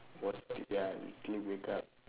ya wake up